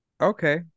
Okay